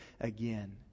again